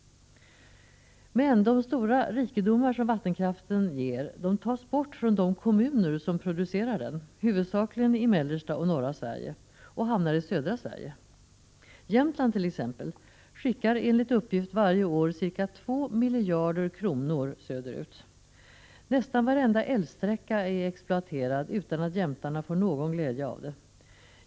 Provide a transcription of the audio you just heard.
De stora rikedomar som vattenkraften ger tas bort från de kommuner som producerar den, huvudsakligen i mellersta och norra Sverige, och hamnar i södra Sverige. Jämtland, t.ex. skickar enligt uppgift varje år ca 2 miljarder kronor söderut. Nästan varenda älvsträcka är exploaterad utan att jämtarna får någon glädje av det.